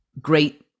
great